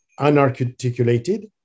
unarticulated